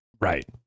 right